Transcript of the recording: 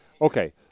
Okay